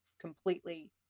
completely